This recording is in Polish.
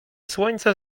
słońca